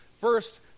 First